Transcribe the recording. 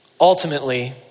ultimately